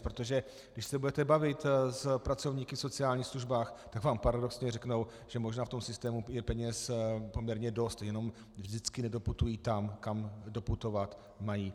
Protože když se budete bavit s pracovníky v sociálních službách, tak vám paradoxně řeknou, že možná v tom systému je peněz poměrně dost, jenom vždycky nedoputují tam, kam doputovat mají.